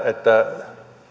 että